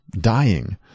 dying